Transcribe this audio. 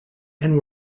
and